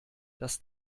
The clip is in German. dass